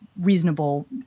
reasonable